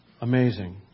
Amazing